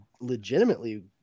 legitimately